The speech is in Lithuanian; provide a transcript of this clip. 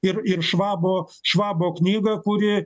ir ir švabo švabo knygoje kuri